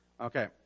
Okay